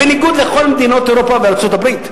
בניגוד לכל מדינות אירופה וארצות-הברית,